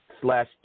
Slash